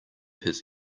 his